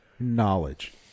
Knowledge